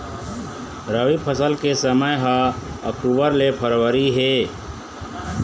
रबी फसल के समय ह अक्टूबर ले फरवरी हे